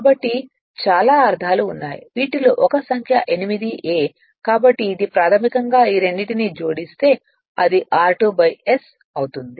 కాబట్టి చాలా అర్ధాలు ఉన్నాయి వీటిలో ఒక సంఖ్య 8 a కాబట్టి ఇది ప్రాథమికంగా ఈ రెండింటినీ జోడిస్తే అది r2 ' s అవుతుంది